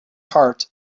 heart